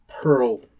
Pearl